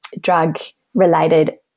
drug-related